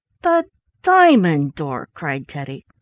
the diamond door! cried teddy.